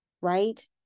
right